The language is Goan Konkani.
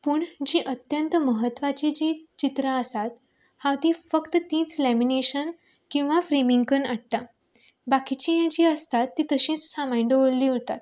पूण जी अत्यंत म्हत्वाची जी चित्रां आसात हांव ती फक्त तीच लॅमिनेशन किंवां फ्रेमींग कन्न आडटा बाकिची जी आसतात ती तशीच सामाळन दोवल्ली उरतात